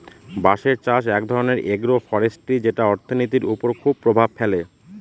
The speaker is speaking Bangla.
বাঁশের চাষ এক ধরনের এগ্রো ফরেষ্ট্রী যেটা অর্থনীতির ওপর খুব প্রভাব ফেলে